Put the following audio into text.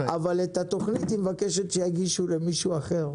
אבל את התכנית, היא מבקשת שיגישו למישהו אחר.